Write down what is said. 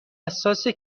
حساسه